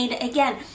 Again